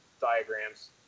diagrams